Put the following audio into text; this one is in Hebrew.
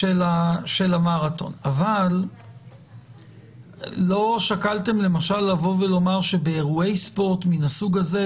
של המרתון אבל לא שקלתם למשל לבוא ולומר שבאירועי ספורט מן הסוג הזה,